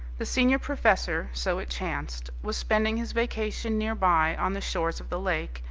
the senior professor, so it chanced, was spending his vacation near by on the shores of the lake,